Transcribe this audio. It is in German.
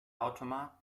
automat